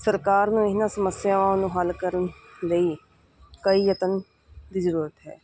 ਸਰਕਾਰ ਨੂੰ ਇਹਨਾਂ ਸਮੱਸਿਆਵਾਂ ਨੂੰ ਹੱਲ ਕਰਨ ਲਈ ਕਈ ਯਤਨ ਦੀ ਜ਼ਰੂਰਤ ਹੈ